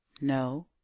No